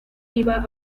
iba